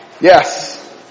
Yes